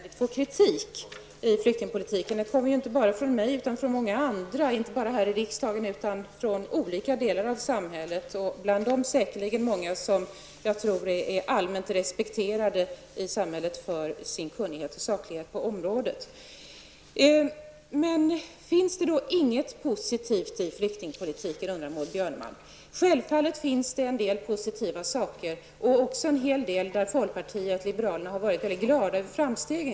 Herr talman! Jag förstår om Maud Björnemalm tycker att det är jobbigt att ständigt få kritik när det gäller flyktingpolitiken. Men kritiken kommer inte bara från mig utan även från många andra, inte bara här i riksdagen utan från olika delar av samhället, bland dem säkerligen många som jag tror är allmänt respekterade i samhället för sin kunnighet och saklighet på området. Finns det inget positivt i flyktingpolitiken, undrar Maud Björnemalm. Självfallet finns det en del positiva saker och också en hel del där folkpartiet liberalerna har varit glada över framstegen.